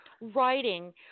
writing